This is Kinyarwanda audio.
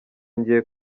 ngiye